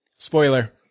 Spoiler